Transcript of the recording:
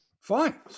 Fine